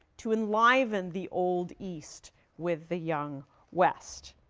to enliven the old east with the young west.